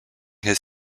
his